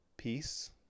Peace